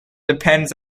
depends